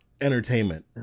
entertainment